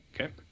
okay